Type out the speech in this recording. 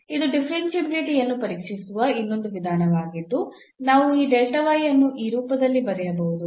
ಇದು ಡಿಫರೆನ್ಷಿಯಾಬಿಲಿಟಿ ಯನ್ನು ಪರೀಕ್ಷಿಸುವ ಇನ್ನೊಂದು ವಿಧಾನವಾಗಿದ್ದು ನಾವು ಈ ಅನ್ನು ಈ ರೂಪದಲ್ಲಿ ಬರೆಯಬಹುದು